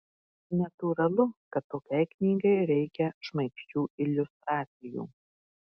natūralu kad tokiai knygai reikia šmaikščių iliustracijų